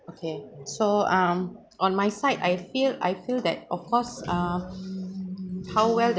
okay so um on my side I feel I feel that of course uh how well that